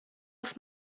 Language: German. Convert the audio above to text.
auf